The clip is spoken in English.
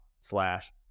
slash